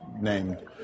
named